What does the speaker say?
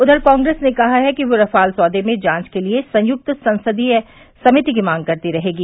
उधर कांग्रेस ने कहा है कि वे राफाल सौदे में जांच के लिए संयुक्त संसदीय समिति की मांग करती रहेगी